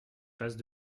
passe